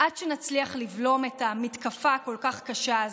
עד שנצליח לבלום את המתקפה הכל-כך קשה הזו.